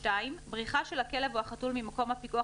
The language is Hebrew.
(2)בריחה של הכלב או החתול ממקום הפיקוח